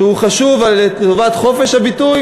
שהוא חשוב לחופש הביטוי,